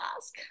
ask